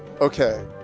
Okay